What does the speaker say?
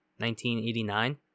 1989